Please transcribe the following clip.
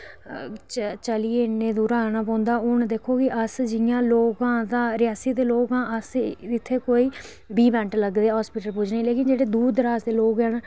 चलियै इन्ने दूरा आना पौंदा अस जि'यां लोक आं रियासी दे लोक आं अस जि'यां कोई बीह् मिंट लगदे न हॉस्पिटल पुज्जने गी लेकिन जि'यां दूर दराज़ दे लोग न